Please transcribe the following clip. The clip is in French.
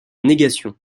négation